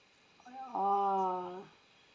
oh